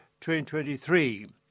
2023